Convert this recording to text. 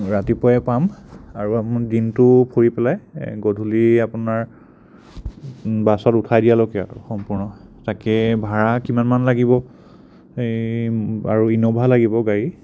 ৰাতিপুৱাই পাম আৰু আমি দিনটো ফুৰি পেলাই গধূলি আপোনাৰ বাছত উঠাই দিয়ালৈকে আৰু সম্পূৰ্ণ তাকে ভাড়া কিমানমান লাগিব এই আৰু ইন'ভা লাগিব গাড়ী